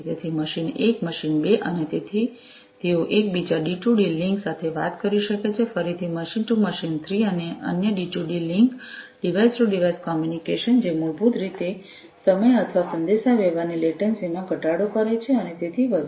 તેથી machine 1 machine 2 તેઓ એકબીજા સાથે ડિટુડી લિંક સાથે વાત કરી શકે છે ફરીથી મશીન ટુ મશીન 3 અન્ય D2D link device to device communication જે મૂળભૂત રીતે સમય અથવા સંદેશાવ્યવહારની લેટન્સી માં ઘટાડો કરે છે અને તેથી વધુ